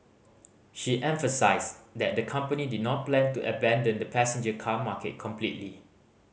she emphasised that the company did not plan to abandon the passenger car market completely